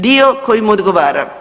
Dio koji mu odgovara.